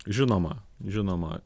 žinoma žinoma